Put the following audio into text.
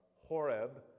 Horeb